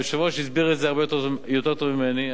היושב-ראש הסביר את זה הרבה יותר טוב ממני,